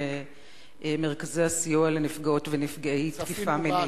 למרכזי הסיוע לנפגעות ונפגעי תקיפה מינית.